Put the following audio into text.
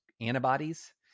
antibodies